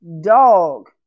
dog